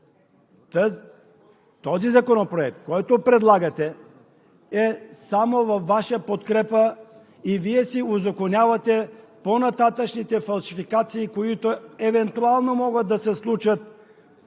този законопроект, който предлагате, е само във Ваша подкрепа и Вие си узаконявате по-нататъшните фалшификации, които евентуално могат да се случат.